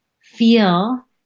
feel